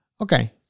Okay